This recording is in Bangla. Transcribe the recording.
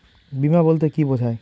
বিমা বলতে কি বোঝায়?